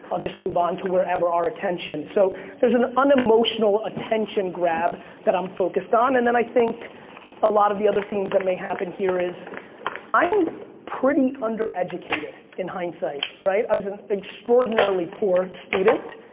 i'll just move on to wherever our attention, so there's an unemotional attention grab that i'm focused on. and then i think a lot of the other things that may happen here is i'm pretty undereducated, in hindsight, right? i was an extraordinarily poor student.